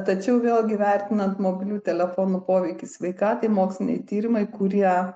tačiau vėlgi vertinant mobilių telefonų poveikį sveikatai moksliniai tyrimai kurie